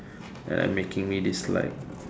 like making me dislike